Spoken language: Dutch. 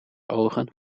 ogen